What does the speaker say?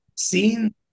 Seeing